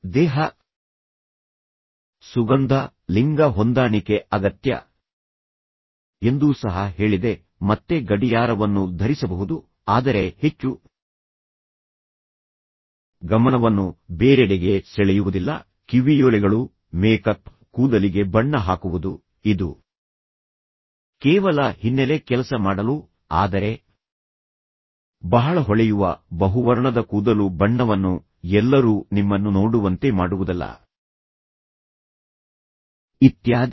ದೇಹ ಸುಗಂಧ ಲಿಂಗ ಹೊಂದಾಣಿಕೆ ಅಗತ್ಯ ಎಂದೂ ಸಹ ಹೇಳಿದೆ ಮತ್ತೆ ಗಡಿಯಾರವನ್ನು ಧರಿಸಬಹುದು ಆದರೆ ಹೆಚ್ಚು ಗಮನವನ್ನು ಬೇರೆಡೆಗೆ ಸೆಳೆಯುವುದಿಲ್ಲ ಕಿವಿಯೋಲೆಗಳು ಮೇಕಪ್ ಕೂದಲಿಗೆ ಬಣ್ಣ ಹಾಕುವುದು ಇದು ಕೇವಲ ಹಿನ್ನೆಲೆ ಕೆಲಸ ಮಾಡಲು ಆದರೆ ಬಹಳ ಹೊಳೆಯುವ ಬಹುವರ್ಣದ ಕೂದಲು ಬಣ್ಣವನ್ನು ಎಲ್ಲರೂ ನಿಮ್ಮನ್ನು ನೋಡುವಂತೆ ಮಾಡುವುದಲ್ಲ ಇತ್ಯಾದಿ